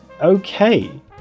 okay